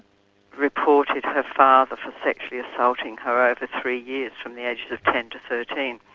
reported her father for sexually assaulting her over three years, from the ages of ten to thirteen.